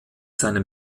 seinem